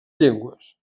llengües